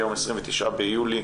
היום 29 ביולי,